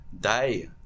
die